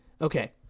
Okay